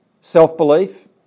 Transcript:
self-belief